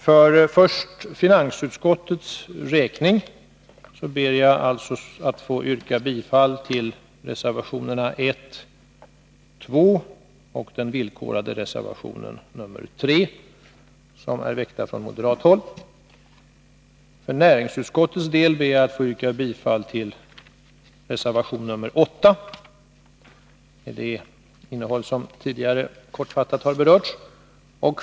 Först ber jag att för finansutskottets räkning få yrka bifall till reservationerna 1 och 2 samt till den villkorade reservationen 3, som avgetts från moderat håll. För näringsutskottets del ber jag att få yrka bifall till reservation 8, med det innehåll som tidigare kortfattat har berörts.